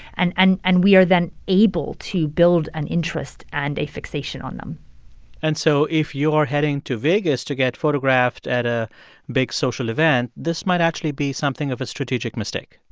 and and and we are then able to build an interest and a fixation on them and so if you're heading to vegas to get photographed at a big social event, this might actually be something of a strategic mistake